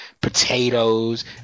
potatoes